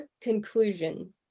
conclusion